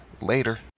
Later